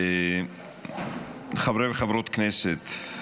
חברי וחברות הכנסת,